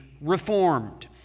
reformed